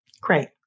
Great